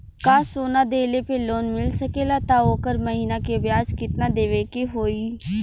का सोना देले पे लोन मिल सकेला त ओकर महीना के ब्याज कितनादेवे के होई?